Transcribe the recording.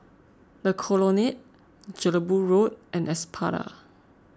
the Colonnade Jelebu Road and Espada